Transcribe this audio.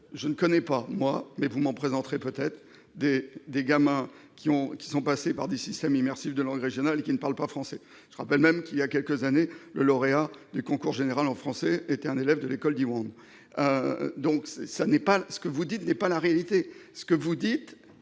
je ne connais pas, moi- mais vous m'en présenterez peut-être -, d'enfants qui soient passés par des systèmes immersifs de langues régionales et qui ne parlent pas le français ! Je rappelle même que, voilà quelques années, le lauréat du concours général en français était un élève de l'école Diwan. Ce que vous dites n'est pas la réalité.